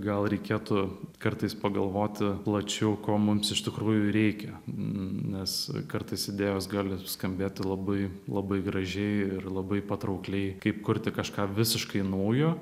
gal reikėtų kartais pagalvoti plačiau ko mums iš tikrųjų reikia nes kartais idėjos gali skambėti labai labai gražiai ir labai patraukliai kaip kurti kažką visiškai naujo